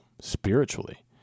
spiritually